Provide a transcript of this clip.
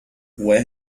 where